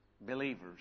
believers